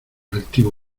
altivo